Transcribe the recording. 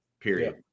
period